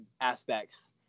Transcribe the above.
aspects